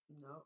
No